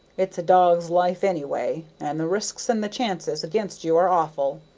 it's a dog's life, anyway, and the risks and the chances against you are awful.